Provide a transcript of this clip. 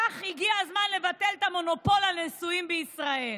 כך הגיע הזמן לבטל את המונופול על הנישואים בישראל.